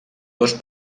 dos